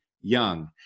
Young